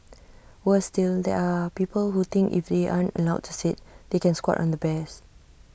worse still there are people who think if they aren't allowed to sit they can squat on the bears